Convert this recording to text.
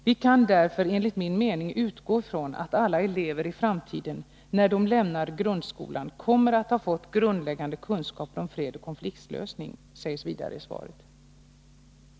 ”Vi kan därför enligt min mening utgå från att alla elever i framtiden när de lämnar grundskolan kommer att ha fått grundläggande kunskaper om fred och konfliktlösning”, sägs vidare i svaret.